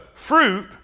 fruit